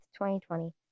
2020